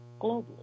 globally